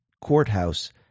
Courthouse